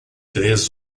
três